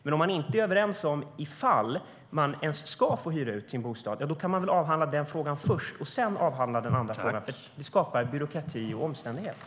Men om man inte är överens om ifall man ens ska få hyra ut sin bostad, ja då kan man väl avhandla den frågan först och sedan avhandla den andra frågan. Annars blir det onödig byråkrati.